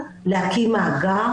חדשות וראוי לבחון --- טלי, סליחה שניה.